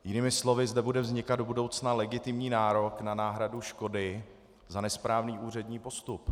Jinými slovy zde bude vznikat do budoucna legitimní nárok na náhradu škody za nesprávný úřední postup.